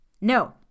No